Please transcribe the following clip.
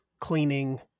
cleaning